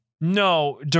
no